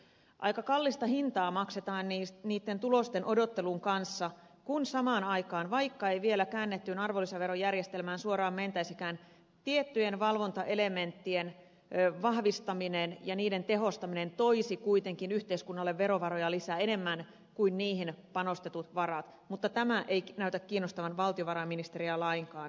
aika kallista hintaa maksetaan niitten tulosten odottelun kanssa kun samaan aikaan vaikka ei vielä käännettyyn arvonlisäverojärjestelmään suoraan mentäisikään tiettyjen valvontaelementtien vahvistaminen ja niiden tehostaminen toisi kuitenkin yhteiskunnalle verovaroja lisää enemmän kuin niihin panostetut varat mutta tämä ei näytä kiinnostavan valtiovarainministeriä lainkaan